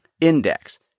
index